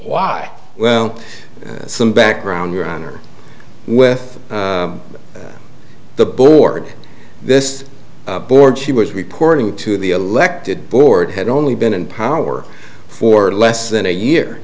why well some background your honor with the board this board she was reporting to the elected board had only been in power for less than a year